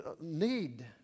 need